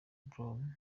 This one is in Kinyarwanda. brown